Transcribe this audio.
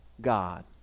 god